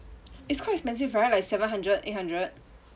it's quite expensive right like seven hundred eight hundred